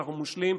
אנחנו מושלים,